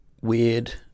weird